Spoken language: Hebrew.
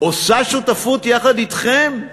עושה שותפות יחד אתכם?